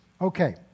Okay